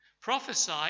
Prophesy